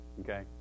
okay